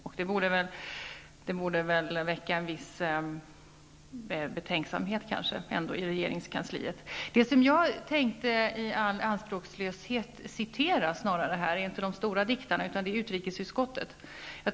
Artikeln borde väl kanske väcka en viss betänksamhet i regeringskansliet. Jag tänker inte citera de stora diktarna utan i all anspråkslöshet hålla mig till ett uttalande som utrikesutskottet har gjort.